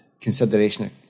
consideration